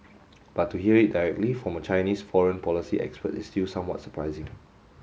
but to hear it directly from a Chinese foreign policy expert is still somewhat surprising